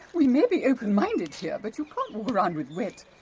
we may be open-minded here, but you can't walk around with wet,